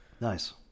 Nice